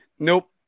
Nope